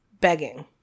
begging